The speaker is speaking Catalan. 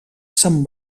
sant